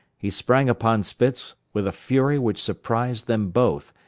he sprang upon spitz with a fury which surprised them both,